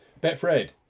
BetFred